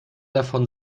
davon